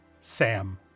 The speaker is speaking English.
Sam